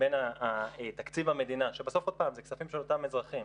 בין תקציב המדינה שבסוף זה כספים של אותם אזרחים,